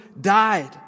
died